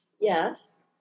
Yes